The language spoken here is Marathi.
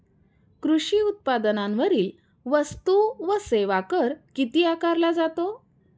कृषी उत्पादनांवरील वस्तू व सेवा कर किती आकारला जातो?